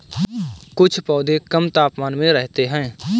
कुछ पौधे कम तापमान में रहते हैं